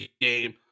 game